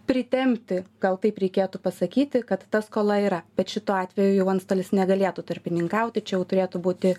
pritempti gal taip reikėtų pasakyti kad ta skola yra bet šituo atveju jau antstolis negalėtų tarpininkauti čia jau turėtų būti